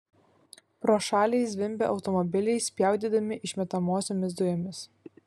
pro šalį zvimbė automobiliai spjaudydami išmetamosiomis dujomis